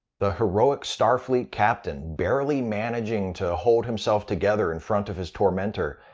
the heroic starfleet captain, barely managing to hold himself together in front of his tormentor,